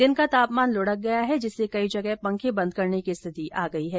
दिन का तापमान लुढ़क गया है जिससे कई जगह पंखें बंद करने की स्थिति आ गई है